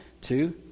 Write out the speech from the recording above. two